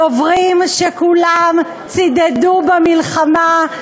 דוברים שכולם צידדו במלחמה,